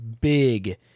big